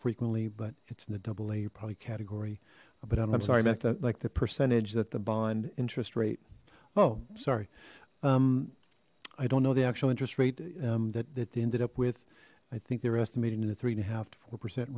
frequently but it's the double a you're probably category but i'm sorry about that like the percentage that the bond interest rate oh sorry i don't know the actual interest rate that they ended up with i think they're estimating in a three and a half to four percent